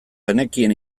genekien